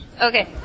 Okay